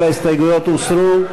כל ההסתייגויות הוסרו.